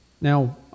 Now